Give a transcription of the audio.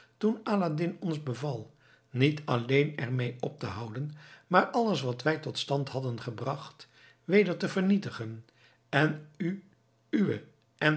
toen aladdin ons beval niet alleen ermee op te houden maar alles wat wij tot stand hadden gebracht weder te vernietigen en u uwe